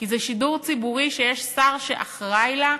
כי זה שידור ציבורי שיש שר שאחראי לו.